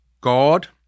God